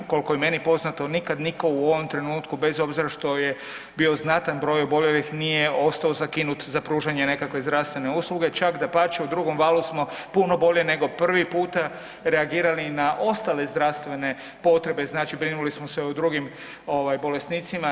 Koliko je meni poznato nikad niko u ovom trenutku bez obzira što je bio znatan broj oboljelih nije ostao zakinut za pružanje nekakve zdravstvene usluge, čak dapače u drugom valu smo puno bolje nego prvi puta reagirali na ostale zdravstvene potrebe, znači brinuli smo se o drugim ovaj bolesnicima.